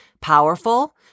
powerful